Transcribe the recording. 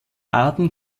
arten